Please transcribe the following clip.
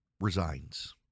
resigns